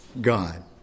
God